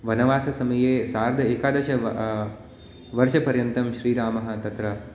वनवाससमये सार्ध एकादश व वर्षपर्यन्तं श्रीरामः तत्र